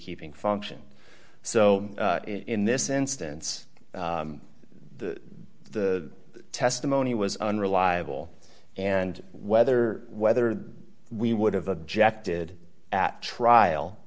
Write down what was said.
keeping function so in this instance the the testimony was unreliable and whether whether we would have objected at trial